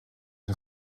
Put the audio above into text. een